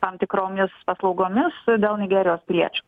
tam tikromis paslaugomis dėl nigerijos piliečio